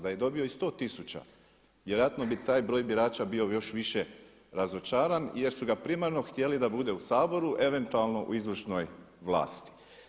Da je dobio i 100 tisuća, vjerojatno bi taj broj birača bio još više razočaran jer su ga primarno htjeli da bude u Saboru eventualno u izvršnoj vlasti.